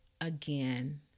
again